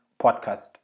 podcast